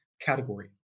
category